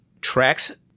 tracks